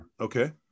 okay